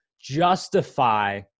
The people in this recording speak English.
justify